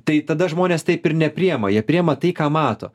tai tada žmonės taip ir nepriima jie priima tai ką mato